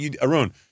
Arun